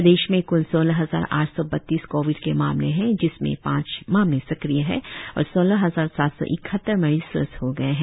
प्रदेश में क्ल सोलह हजार आठ सौ बत्तीस कोविड के मामले है जिसमें पांच मामले सक्रिय है और सोलह हजार सात सौ इकहत्तर मरीज स्वस्थ हो गए है